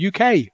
uk